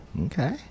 okay